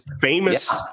famous